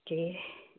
okay